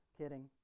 Kidding